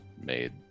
made